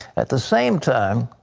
at the same time,